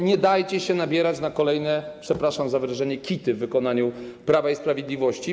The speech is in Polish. Nie dajcie się nabierać na kolejne, przepraszam za wyrażenie, kity w wykonaniu Prawa i Sprawiedliwości.